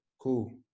Cool